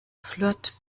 flirt